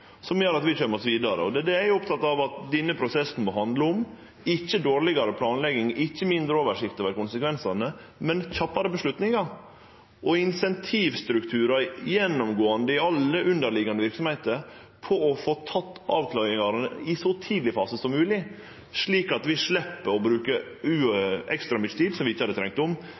som gjer at vi kjem oss vidare. Det er det eg er oppteken av at denne prosessen må handle om, ikkje dårlegare planlegging, ikkje mindre oversikt over konsekvensane, men kjappare avgjerder og gjennomgåande incentivstrukturar i alle underliggjande verksemder for å få avklaringane i ein så tidleg fase som mogleg, slik at vi slepp å bruke ekstra mykje tid som vi